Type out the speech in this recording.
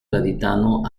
gaditano